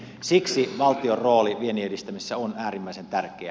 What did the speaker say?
siksi valtion rooli viennin edistämisessä on äärimmäisen tärkeä